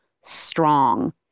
strong